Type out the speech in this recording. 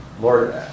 Lord